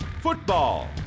Football